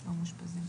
לא מאושפזים.